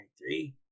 three